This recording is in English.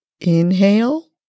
inhale